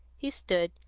he stood,